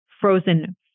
Frozen